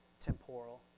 temporal